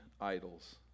idols